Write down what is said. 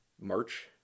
March